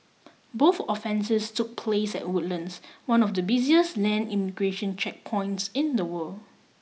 both offences took place at Woodlands one of the busiest land immigration checkpoints in the world